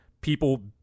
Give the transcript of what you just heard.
people